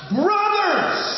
brothers